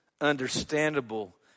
understandable